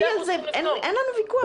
אין לנו ויכוח.